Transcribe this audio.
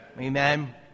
Amen